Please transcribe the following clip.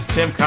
Tim